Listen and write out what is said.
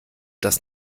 das